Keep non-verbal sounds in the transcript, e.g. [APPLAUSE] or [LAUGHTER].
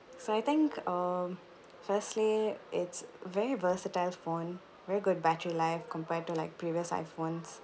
so I think um firstly it's very versatile phone very good battery life compared to like previous iphones [BREATH]